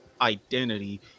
identity